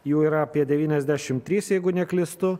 jų yra apie devyniasdešimt trys jeigu neklystu